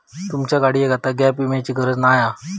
तुमच्या गाडियेक आता गॅप विम्याची गरज नाय हा